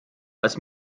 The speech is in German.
als